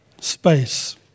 Space